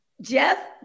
Jeff